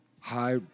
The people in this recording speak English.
high